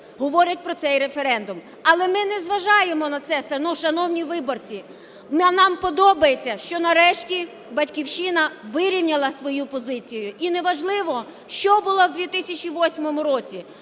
говорять про цей референдум. Але ми не зважаємо на це, ну, шановні виборці, але нам подобається, що нарешті "Батьківщина" вирівняла свою позицію і неважливо що було в 2008 році,